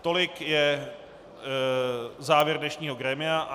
Tolik je závěr dnešního grémia.